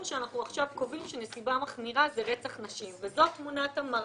שאנחנו עכשיו קובעים שנסיבה מחמירה זה רצח נשים וזו תמונת המראה.